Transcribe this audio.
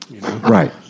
Right